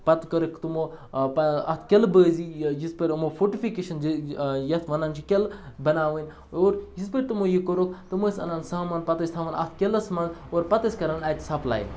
پَتہٕ کٔرٕکھ تمو اَتھ قِلہٕ بٲزی یٔژ پھِر یِمو فوٹفِکیشَن یَتھ وَنان چھِ قِلہٕ بَناوٕنۍ اور یٔژ پھِر تِمو یہِ کوٚرُکھ تم ٲسۍ اَنان سامان پَتہٕ ٲسۍ تھاوان اَتھ قِلَس منٛز اور پَتہٕ ٲسۍ کَران اَتہِ سَپلاے